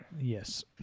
Yes